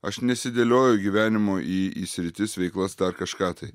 aš nesidėlioju gyvenimo į į sritis veiklas dar kažką tai